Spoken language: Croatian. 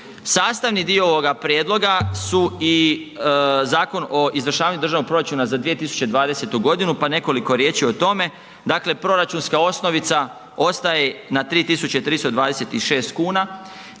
Sastavni dio ovoga prijedloga su i Zakon o izvršavanju državnog proračuna za 2020. g. pa nekoliko riječi o tome, dakle, proračunska osnovica ostaje na 3326 kn,